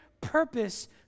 purpose